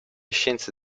scienze